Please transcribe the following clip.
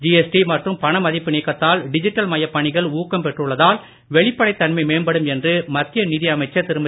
GST மற்றும் பணமதிப்பு நீக்கத்தால் டிஜிட்டல் மயப் பணிகள் ஊக்கம் பெற்றுள்ளதால் வெளிப்படைத் தன்மை மேம்படும் என்று மத்திய நிதி அமைச்சர் திருமதி